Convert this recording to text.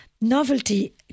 Novelty